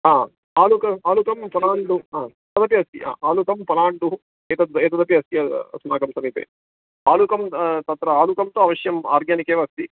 हा आलुकम् आलुकं पलाण्डुः हा तदपि अस्ति आलुकं पलाण्डुः एतद् एतदपि अस्ति अस्माकं समीपे आलुकं तत्र आलुकं तु अवश्यम् आर्गानिक् एव अस्ति